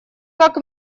как